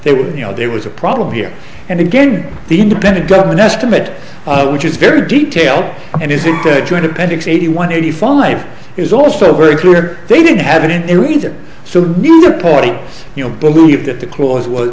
they would you know there was a problem here and again the independent government estimate which is very detail and is a joint appendix eighty one eighty five is also very clear they didn't have any reason so neither party you know believe that the cause was